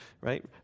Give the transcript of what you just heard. right